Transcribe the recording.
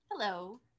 Hello